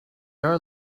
are